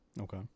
okay